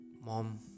Mom